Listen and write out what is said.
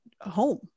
home